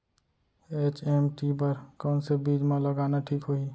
HMT बर कौन से बीज मा लगाना ठीक होही?